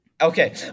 Okay